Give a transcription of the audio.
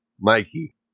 Mikey